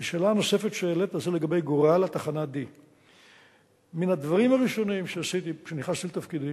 השאלה הנוספת שהעלית זה לגבי גורל התחנה D. מן הדברים הראשונים שעשיתי כשנכנסתי לתפקידי,